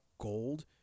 gold